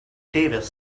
davis